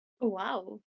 Wow